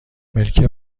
ملک